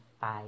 five